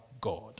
God